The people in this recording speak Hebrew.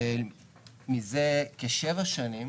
מזה כשבע שנים